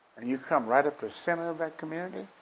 and you come right up the center of that community?